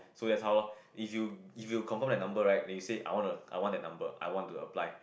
so that's how lor if you if you confirm that number right that you say I want to I want that number I want to apply